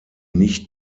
nicht